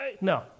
No